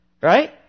Right